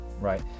right